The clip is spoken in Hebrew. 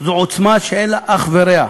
זו עוצמה שאין לה אח ורע.